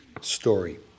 Story